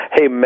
Hey